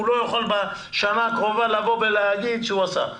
הוא יכול בשנה הקרובה להגיד שהוא עשה.